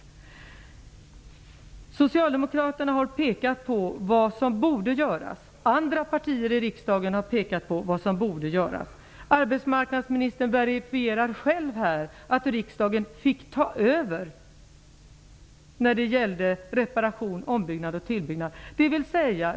Socialdemokraterna har pekat på vad som borde göras. Andra partier i riksdagen har också gjort det. Arbetsmarknadsministern verifierar själv här att riksdagen fick ta över när det gällde reparation, ombyggnad och tillbyggnad.